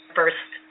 first